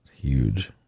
Huge